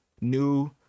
new